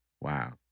Wow